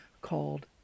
called